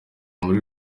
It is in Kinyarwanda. muri